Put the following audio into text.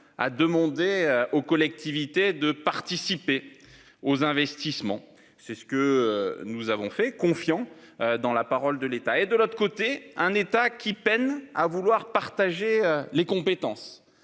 à demander aux collectivités de participer aux investissements. C'est ce que nous avons fait confiant dans la parole de l'État et de l'autre côté, un État qui peine à vouloir partager les compétences